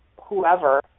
whoever